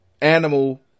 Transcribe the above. Animal